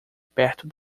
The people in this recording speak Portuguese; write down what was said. perto